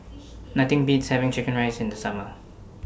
Nothing Beats having Chicken Rice in The Summer